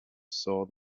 saw